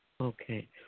Okay